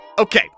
Okay